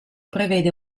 prevede